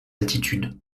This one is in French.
altitude